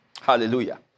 Hallelujah